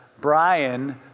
Brian